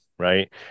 Right